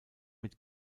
mit